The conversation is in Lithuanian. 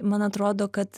man atrodo kad